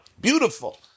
Beautiful